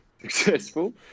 successful